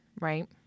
Right